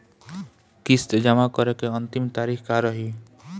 किस्त जमा करे के अंतिम तारीख का रही?